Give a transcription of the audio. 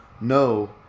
no